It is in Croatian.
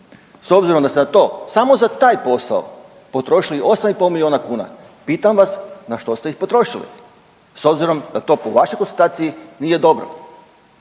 S obzirom da ste na to samo za taj posao potrošili 8,5 milijuna kuna, pitam vas na što ste ih potrošili s obzirom da to po vašoj konstataciji nije dobro?